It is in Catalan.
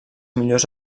millors